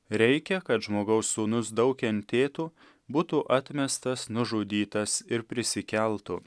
reikia kad žmogaus sūnus daug kentėtų būtų atmestas nužudytas ir prisikeltų